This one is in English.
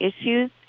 issues